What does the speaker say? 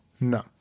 No